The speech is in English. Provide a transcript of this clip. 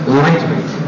lightweight